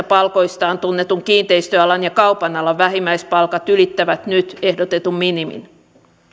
palkoistaan tunnetun kiinteistöalan ja kaupan alan vähimmäispalkat ylittävät nyt ehdotetun minimin